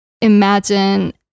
imagine